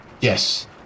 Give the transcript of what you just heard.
Yes